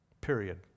Period